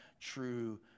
true